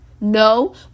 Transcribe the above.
no